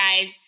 guys